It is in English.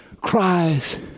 cries